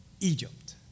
Egypt